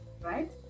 right